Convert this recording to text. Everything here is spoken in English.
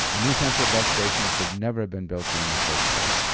ah new central bus station should never have been built here in the first place.